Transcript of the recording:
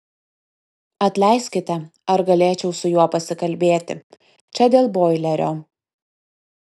atleiskite ar galėčiau su juo pasikalbėti čia dėl boilerio